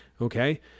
Okay